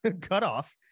cutoff